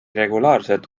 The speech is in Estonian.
regulaarselt